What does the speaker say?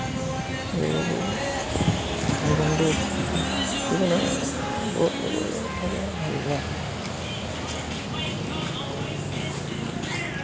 জীৱনটো